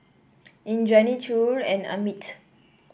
Indranee Choor and Amit